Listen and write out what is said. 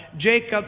Jacob